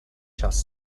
just